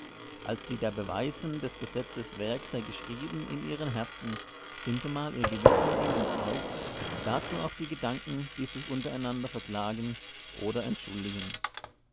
als die da beweisen des gesetzes werk sei geschrieben in ihren herzen sintemal ihr gewissen ihnen zeugt dazu auch die gedanken die sich untereinander verklagen oder entschuldigen